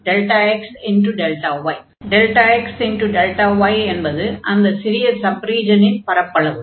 n→∞j1nfxjyjΔxy xy என்பது அந்த சிறிய சப் ரீஜனின் பரப்பளவு